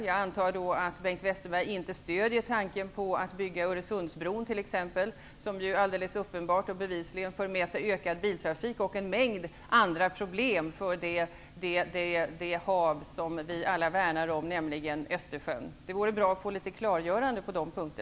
Jag antar också att Bengt Westerberg inte stöder tanken på att t.ex. bygga Öresundsbron, som alldeles uppenbart och bevisligen skulle föra med sig ökad biltrafik. Den skulle också föra med sig en mängd andra problem för det hav som vi alla värnar om, nämligen Östersjön. Det vore bra med ett klargörande på dessa punkter.